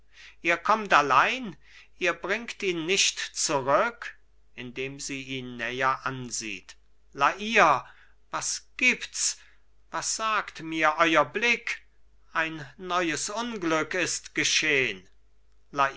ihr kommt allein ihr bringt ihn nicht zurück indem sie ihn näher ansieht la hire was gibts was sagt mir euer blick ein neues unglück ist geschehn